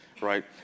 right